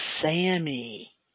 Sammy